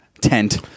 tent